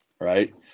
right